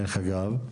דרך אגב.